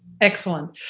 Excellent